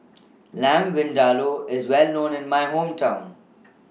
Lamb Vindaloo IS Well known in My Hometown